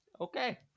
Okay